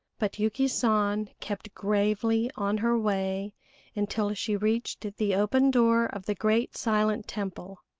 but yuki san kept gravely on her way until she reached the open door of the great silent temple.